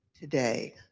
today